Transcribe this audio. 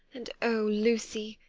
and oh, lucy,